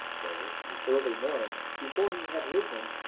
where in the early morning, before he had risen,